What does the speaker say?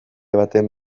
baten